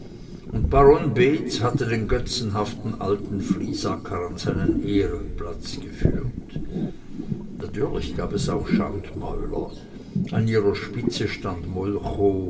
und baron beetz hatte den götzenhaften alten friesacker an seinen ehrenplatz geführt natürlich gab es auch schandmäuler an ihrer spitze stand molchow